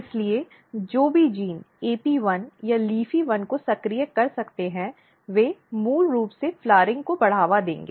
इसलिए जो भी जीन AP1 या LEAFY1 को सक्रिय कर सकते हैं वे मूल रूप से फ़्लाउरइंग को बढ़ावा देंगे